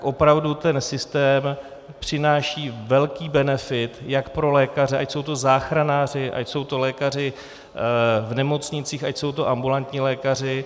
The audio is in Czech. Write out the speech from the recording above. Opravdu ten systém přináší velký benefit jak pro lékaře, ať jsou to záchranáři, ať jsou to lékaři v nemocnicích, ať jsou to ambulantní lékaři.